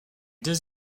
deux